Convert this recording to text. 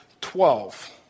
twelve